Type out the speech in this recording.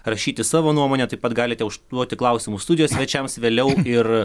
rašyti savo nuomonę taip pat galite užduoti klausimus studijos svečiams vėliau ir